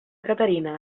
caterina